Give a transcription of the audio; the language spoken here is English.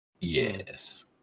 yes